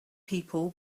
people